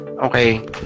Okay